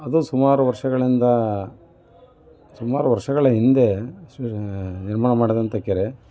ಅದು ಸುಮಾರು ವರ್ಷಗಳಿಂದ ಸುಮಾರು ವರ್ಷಗಳ ಹಿಂದೆ ನಿರ್ಮಾಣ ಮಾಡಿದಂಥ ಕೆರೆ